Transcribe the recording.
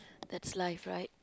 that's life right